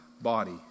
body